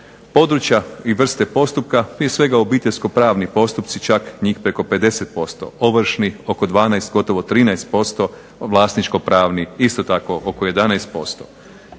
Područja i vrste postupka, prije svega obiteljsko-pravni postupci, čak njih preko 50%, ovršnih oko 12, gotovo 13%, vlasničko-pravnih isto tako oko 11%.